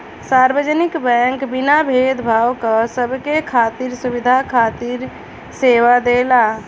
सार्वजनिक बैंक बिना भेद भाव क सबके खातिर सुविधा खातिर सेवा देला